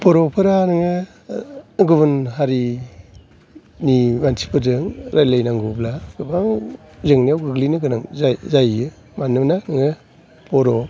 बर' फोरा नोङो गुबुन हारिनि मानसिफोरजों रायलायनांगौब्ला गोबां जेंनायाव गोग्लैनो गोनां जाहैयो मानोना नोङो बर'